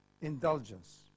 Indulgence